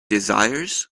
desires